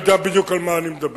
אני יודע בדיוק על מה אני מדבר.